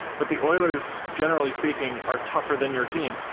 but the oilers, generally speaking are tougher than your team.